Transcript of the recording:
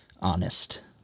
honest